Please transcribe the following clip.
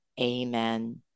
Amen